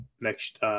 next